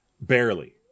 Barely